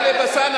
טלב אלסאנע,